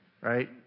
Right